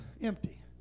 Empty